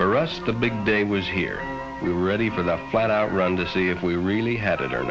for us the big day was here we were ready for the flat out run to see if we really had it or